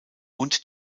und